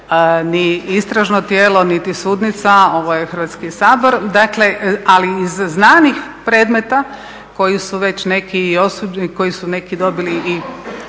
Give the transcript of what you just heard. ni istražno tijelo niti sudnica, ovo je Hrvatski sabor, dakle ali iz znanih predmeta koji su već neki i